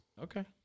Okay